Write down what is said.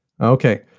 Okay